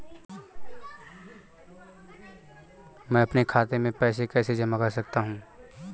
मैं अपने खाते में पैसे कैसे जमा कर सकता हूँ?